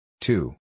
two